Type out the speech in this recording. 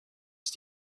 ist